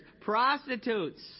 prostitutes